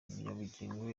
munyabugingo